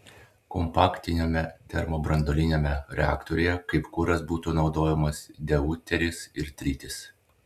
kompaktiniame termobranduoliniame reaktoriuje kaip kuras būtų naudojamas deuteris ir tritis